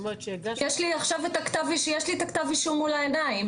יש לי את כתב האישום מול העיניים.